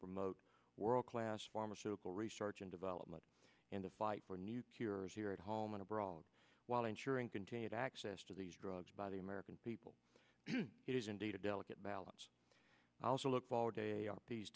promote world class pharmaceutical research and development in the fight for new cures here at home and abroad while ensuring continued access to these drugs by the american people it is indeed a delicate balance also look all day on these